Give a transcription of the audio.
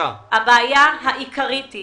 הבעיה העיקרית היא